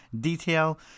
detail